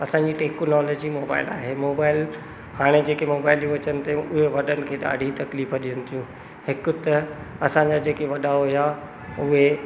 असांजी technology mobile आहे mobile हाणे जेके मोबाइलियूं अचनि थियूं इहो वॾनि खे ॾाढी तकलीफ़ ॾेयनि थियूं हिक त असांजा जेके वॾा हुया उहे